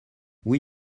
oui